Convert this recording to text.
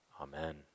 Amen